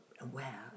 aware